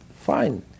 fine